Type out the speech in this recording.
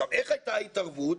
איך הייתה ההתערבות?